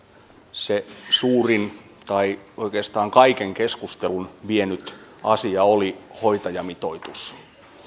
se suurin tai oikeastaan kaiken keskustelun vienyt asia oli hoitajamitoitus